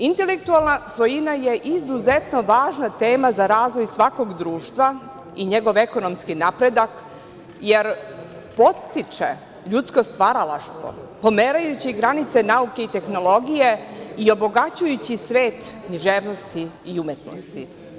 Intelektualna svojina je izuzetno važna tema za razvoj svakog društva i njegov ekonomski napredak, jer podstiče ljudsko stvaralaštvo, pomerajući granice nauke i tehnologije i obogaćujući svet književnosti i umetnosti.